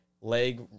leg